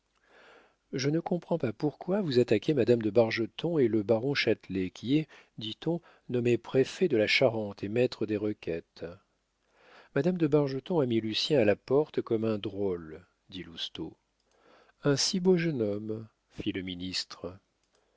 je ne comprends pas pourquoi vous attaquez madame de bargeton et le baron châtelet qui est dit-on nommé préfet de la charente et maître des requêtes madame de bargeton a mis lucien à la porte comme un drôle dit lousteau un si beau jeune homme fit le ministre